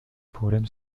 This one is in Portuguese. podem